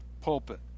pulpit